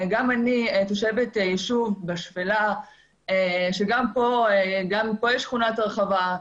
וגם אני תושבת יישוב בשפלה וגם פה יש שכונת הרחבה,